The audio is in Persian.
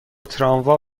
تراموا